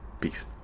Peace